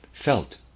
felt